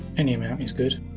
any amount is good